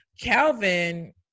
Calvin